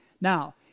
Now